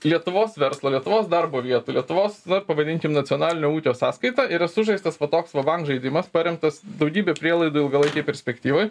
lietuvos verslo lietuvos darbo vietų lietuvos pavadinkim nacionalinio ūkio sąskaita yra sužaistas va toks va bank žaidimas paremtas daugybe prielaidų ilgalaikėj perspektyvoj